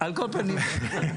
אם אתה נכנס לסוגיה הזאת